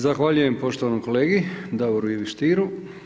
Zahvaljujem poštovanom kolegi Davoru Ivi Stieru.